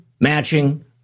matching